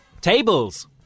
tables